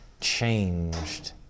changed